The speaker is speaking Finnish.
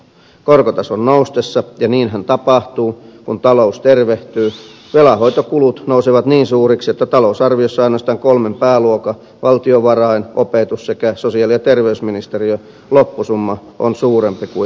korkotason noustessa ja niinhän tapahtuu kun talous tervehtyy velanhoitokulut nousevat niin suuriksi että talousarviossa ainoastaan kolmen pääluokan valtiovarain opetus sekä sosiaali ja terveysministeriön loppusumma on suurempi kuin velanhoitokustannukset